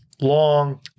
long